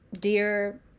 Dear